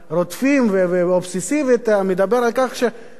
ובאובססיביות אתה מדבר על כך שכמה יותר מהר,